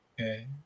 Okay